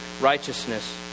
righteousness